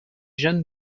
jeanne